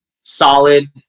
solid